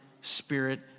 Spirit